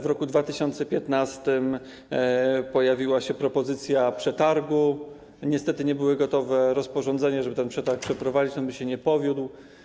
W roku 2015 pojawiła się propozycja przetargu, niestety nie były gotowe rozporządzenia, żeby ten przetarg przeprowadzić, on by się nie powiódł.